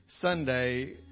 Sunday